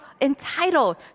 entitled